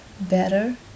better